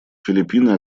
филиппины